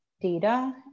data